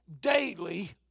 daily